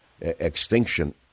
extinction